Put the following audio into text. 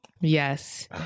yes